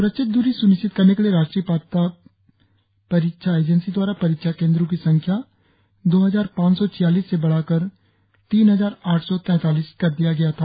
सुरक्षित दूरी सुनिश्चित करने के लिए राष्ट्रीय परीक्षा एजेंसी द्वारा परीक्षा केंद्रो की संख्या दो हजार पांच सौ छियालीस से बढ़ाकर तीन हजार आठ सौ तैतालीस कर दिया गया था